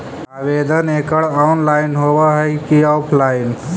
आवेदन एकड़ ऑनलाइन होव हइ की ऑफलाइन?